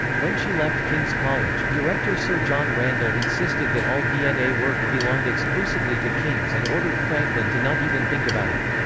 when she left king's college, director sir john randall insisted that all dna work belonged exclusively to king's and ordered franklin to not even think about it.